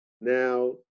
Now